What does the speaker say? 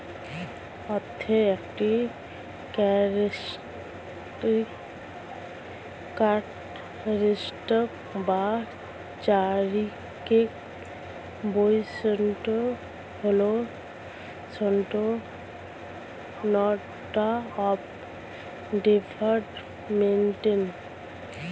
অর্থের একটি ক্যারেক্টারিস্টিক বা চারিত্রিক বৈশিষ্ট্য হল স্ট্যান্ডার্ড অফ ডেফার্ড পেমেন্ট